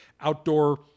outdoor